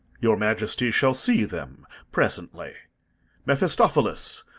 your majesty shall see them presently mephistophilis,